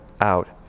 out